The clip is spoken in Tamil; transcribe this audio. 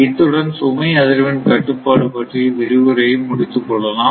இத்துடன் சுமை அதிர்வெண் கட்டுப்பாடு பற்றிய விரிவுரையை முடித்துக் கொள்ளலாம்